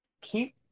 keep